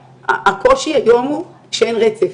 הקושי היום הוא שאין רצף.